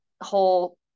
whole